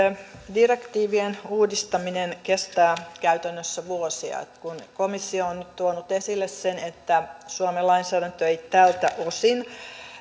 direktiivien uudistaminen kestää käytännössä vuosia kun komissio on nyt tuonut esille sen että suomen lainsäädäntö ei tältä osin